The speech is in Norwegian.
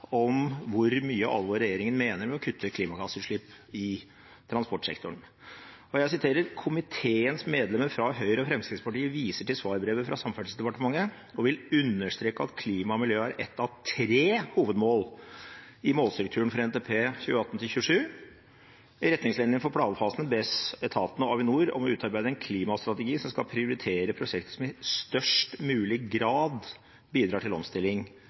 om hvor mye alvor regjeringen mener med å kutte klimagassutslipp i transportsektoren. Og jeg siterer: «Komiteens medlemmer fra Høyre og Fremskrittspartiet viser til svarbrevet fra Samferdselsdepartementet og vil understreke at klima og miljø er ett av tre hovedmål i målstrukturen for NTP 2018–2027. I retningslinjene for planfasen bes etatene og Avinor om å utarbeide en klimastrategi som skal prioritere prosjekter som i størst mulig grad bidrar til omstilling